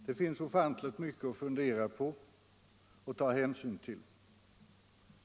Det finns ofantligt mycket att fundera på och ta hänsyn till.